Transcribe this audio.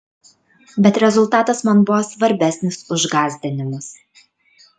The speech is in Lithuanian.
bet rezultatas man buvo svarbesnis už gąsdinimus